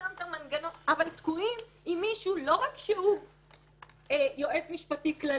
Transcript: שמת מנגנון עם מישהו לא רק שהוא יועץ משפטי כללי,